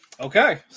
Okay